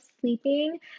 sleeping